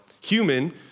Human